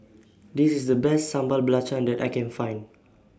This IS The Best Sambal Belacan that I Can Find